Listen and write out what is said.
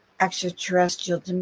extraterrestrial